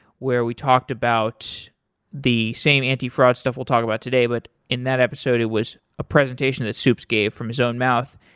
where we talked about the same antifraud stuff we'll talk about today, but in that episode it was a presentation that soups gave from his own mouth.